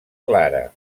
clara